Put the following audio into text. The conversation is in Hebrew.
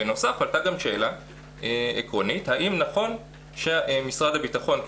בנוסף לכך עלתה גם שאלה עקרונית האם נכון שמשרד הביטחון,